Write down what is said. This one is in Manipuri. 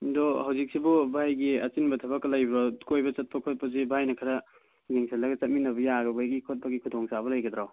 ꯑꯗꯣ ꯍꯧꯖꯤꯛꯁꯤꯕꯨ ꯚꯥꯏꯒꯤ ꯑꯆꯤꯟꯕ ꯊꯕꯛꯀ ꯂꯩꯕ꯭ꯔꯣ ꯀꯣꯏꯕ ꯆꯠꯄ ꯈꯣꯠꯄꯁꯤ ꯚꯥꯏꯅ ꯈꯔ ꯌꯦꯡꯁꯜꯂꯒ ꯆꯠꯃꯤꯟꯅꯕ ꯌꯥꯕꯒꯤ ꯈꯣꯠꯄꯒꯤ ꯈꯨꯗꯣꯡ ꯆꯥꯕ ꯂꯩꯒꯗ꯭ꯔꯣ